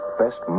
best